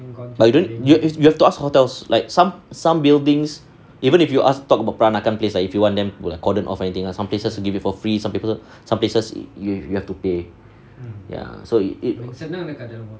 but you don't you you have to ask hotels like some some buildings even if you ask talk about peranakan place lah if you want them to cordon of anything some places give it for free some people some places you've you have to pay ya so it it